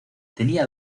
tenía